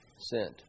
sent